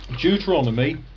Deuteronomy